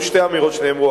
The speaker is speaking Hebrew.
שתי אמירות נאמרו: